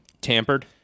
Tampered